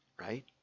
right